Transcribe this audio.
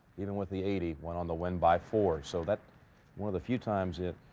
even with the eighty went on the win by four. so that one of the few times it.